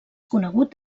conegut